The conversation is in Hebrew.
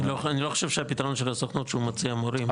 אני לא חושב שהפתרון של הסוכנות שהוא מציע מורים,